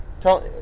tell